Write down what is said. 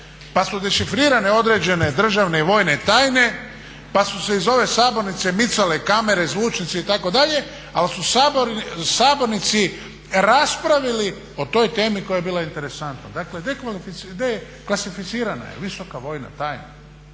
pa su dešifrirane određene državne i vojne tajne pa su se iz ove sabornice micale kamere, zvučnici itd., ali su sabornici raspravili o toj temi koja je bila interesantna, dakle deklasificirana je visoka vojna tajna